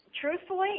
truthfully